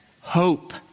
hope